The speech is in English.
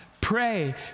Pray